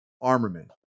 armament